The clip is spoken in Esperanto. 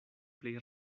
plej